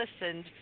listened